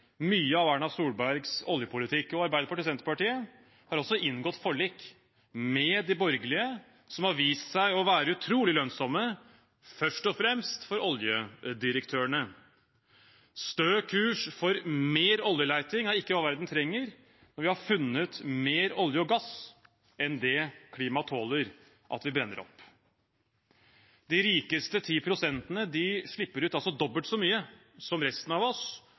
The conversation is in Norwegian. mye av Erna Solbergs oljepolitikk. Arbeiderpartiet og Senterpartiet har også inngått forlik med de borgerlige, som har vist seg å være utrolig lønnsomme, først og fremst for oljedirektørene. Stø kurs for mer oljeleting er ikke hva verden trenger, og vi har funnet mer olje og gass enn det klimaet tåler at vi brenner opp. De rikeste ti prosentene slipper ut dobbelt så mye som resten av oss,